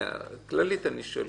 כללית אני שואל.